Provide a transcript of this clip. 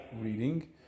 reading